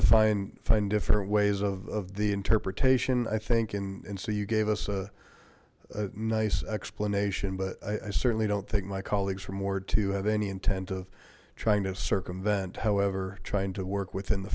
to find find different ways of the interpretation i think in and so you gave us a nice explanation but i certainly don't think my colleagues were more to have any intent of trying to circumvent however trying to work within the